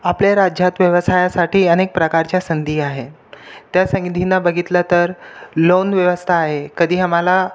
आपल्या राज्यात व्यवसायासाठी अनेक प्रकारच्या संधी आहेत त्या संधींना बघितलं तर लोन व्यवस्था आहे कधी आम्हाला